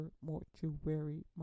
mortuary